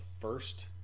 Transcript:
first